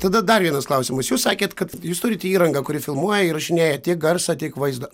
tada dar vienas klausimas jūs sakėt kad jūs turite įrangą kuri filmuoja įrašinėja tiek garsą tiek vaizdą